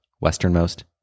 westernmost